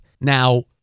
Now